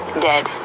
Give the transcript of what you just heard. dead